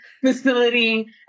facility